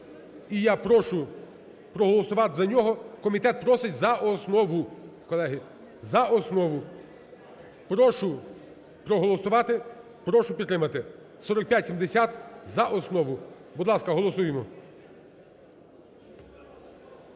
І я прошу проголосувати за нього, комітет просить за основу, колеги, за основу. Прошу проголосувати, прошу підтримати 4570 за основу. Будь ласка, голосуємо.